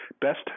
best